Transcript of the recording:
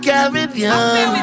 Caribbean